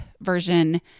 version